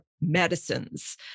medicines